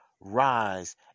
rise